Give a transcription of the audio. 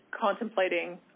contemplating